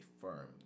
firm